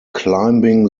climbing